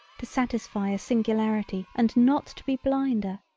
to satisfy a singularity and not to be blinder,